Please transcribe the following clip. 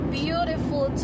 beautiful